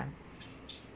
uh